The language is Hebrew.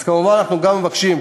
אז כמובן אנחנו מבקשים,